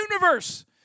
universe